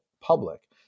public